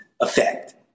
effect